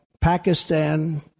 Pakistan